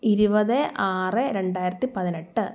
ഇരുപത് ആറ് രണ്ടായിരത്തിപ്പതിനെട്ട്